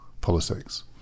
politics